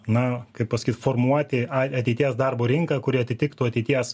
na kaip pasakyt formuoti a ateities darbo rinką kuri atitiktų ateities